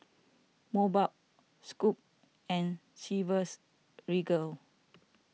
Mobot Scoot and Chivas Regal